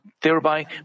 thereby